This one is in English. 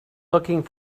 looking